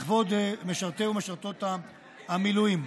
לכבוד משרתי ומשרתות המילואים.